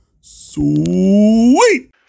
sweet